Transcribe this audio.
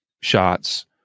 shots